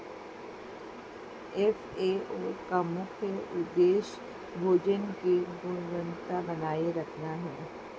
FAO का मुख्य उदेश्य भोजन की गुणवत्ता बनाए रखना है